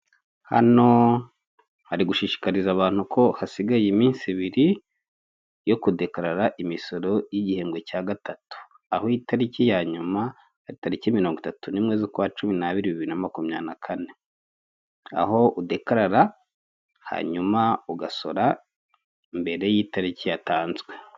Hano hari gushishikariza abantu ko hasigaye iminsi ibiri yo kudekarara imisoro y'igihembwe cya gatatu aho itariki ya nyuma tariki mirongo itatu nimwe z'ukwa cumi nabiri bibiri na makumya nakane aho udekarara hanyuma ugasora mbere y'itariki yatanzwe.